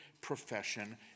profession